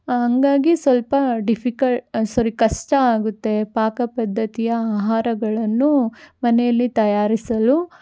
ಹಂಗಾಗಿ ಸ್ವಲ್ಪ difficult sorry ಕಷ್ಟ ಆಗುತ್ತೆ ಪಾಕಪದ್ಧತಿಯ ಆಹಾರಗಳನ್ನು ಮನೆಯಲ್ಲಿ ತಯಾರಿಸಲು